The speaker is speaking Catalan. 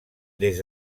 des